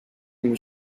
une